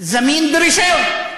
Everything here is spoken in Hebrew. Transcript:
זמין ברישיון.